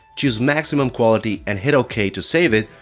choose maximum quality and hit ok to save it,